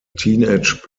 teenage